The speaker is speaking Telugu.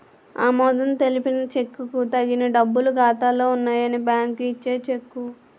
ఆమోదం తెలిపిన చెక్కుకు తగిన డబ్బులు ఖాతాలో ఉన్నాయని బ్యాంకు ఇచ్చే చెక్కు